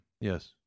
Yes